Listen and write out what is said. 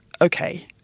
okay